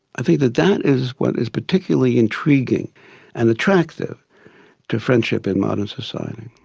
i think that that is what is particularly intriguing and attractive to friendship in modern society.